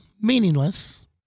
meaningless